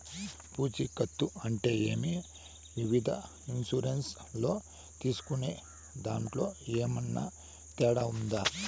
పూచికత్తు అంటే ఏమి? వివిధ ఇన్సూరెన్సు లోను తీసుకునేదాంట్లో ఏమన్నా తేడా ఉందా?